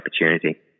opportunity